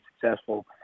successful